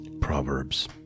Proverbs